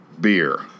beer